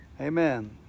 amen